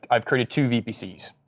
i've created two vpcs,